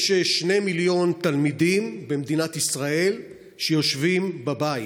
יש 2 מיליון תלמידים במדינת ישראל שיושבים בבית,